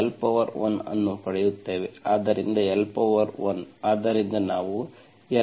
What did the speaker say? ಆದ್ದರಿಂದ l1 ಆದ್ದರಿಂದ ನಾವು l0 ಅನ್ನು ಪಡೆಯುತ್ತೇವೆ